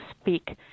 speak